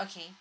okay